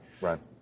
Right